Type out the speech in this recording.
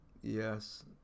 Yes